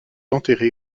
enterré